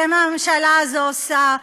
זה מה שהממשלה הזו עושה.